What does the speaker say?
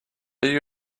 you